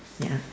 ya